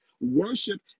Worship